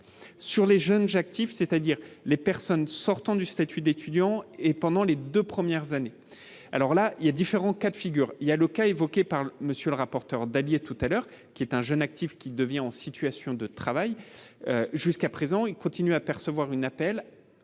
sur les jeunes gens actifs, c'est-à-dire les personnes sortant du statut d'étudiant et pendant les 2 premières années, alors là il y a différents cas de figure, il y a le cas évoqués par monsieur le rapporteur, d'allier tout à l'heure qu'il est un jeune actif qui devient en situation de travail jusqu'à présent, ils continuent à percevoir une